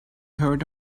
heard